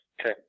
Okay